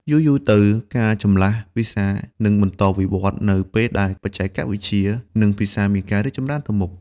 យូរៗទៅ ការចម្លាស់ភាសានឹងបន្តវិវឌ្ឍនៅពេលដែលបច្ចេកវិទ្យា និងភាសាមានការរីកចម្រើនទៅមុខ។